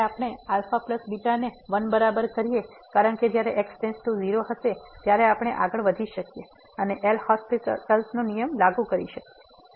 જ્યારે આપણે αβ ને 1 બરાબર કરીએ કારણ કે જયારે x→0 હશે ત્યારે આપણે આગળ વધી શકીએ અને એલ'એહોસ્પિટલL'Hospital's નો નિયમ લાગુ કરી શકીએ